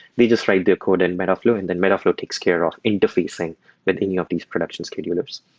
they just write their code in metaflow and then metaflow takes care of interfacing with any of these production schedulers.